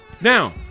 Now